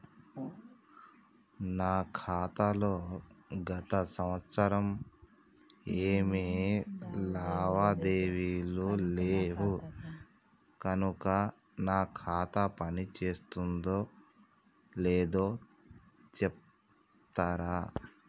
నా ఖాతా లో గత సంవత్సరం ఏమి లావాదేవీలు లేవు కనుక నా ఖాతా పని చేస్తుందో లేదో చెప్తరా?